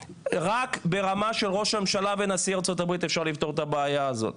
רק ברמה של ראש הממשלה ונשיא ארצות הברית אפשר לפתור את הבעיה הזו,